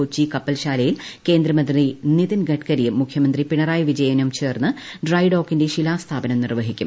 കൊച്ചി കപ്പൽശാലയിൽ കേന്ദ്രമന്ത്രി നിതിൻ ഗഡ്കരിയും മുഖ്യമന്ത്രി പിണറായി വിജയനും ചേർന്ന് ഡ്രൈഡോക്കിന്റെ ശിലാസ്ഥാപനം നിർവ്വഹിക്കും